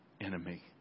enemy